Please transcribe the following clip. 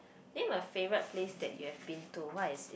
then my favourite place that you have been to what is it